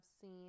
seen